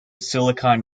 silicon